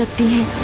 but the